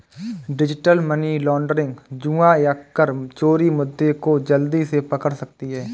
digital money laundering, जुआ या कर चोरी मुद्दे को जल्दी से पकड़ सकती है